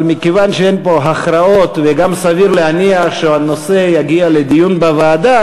אבל מכיוון שאין פה הכרעות וגם סביר להניח שהנושא יגיע לדיון בוועדה,